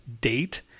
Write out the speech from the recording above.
date